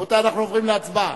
רבותי, אנחנו עוברים להצבעה.